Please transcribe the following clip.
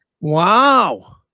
wow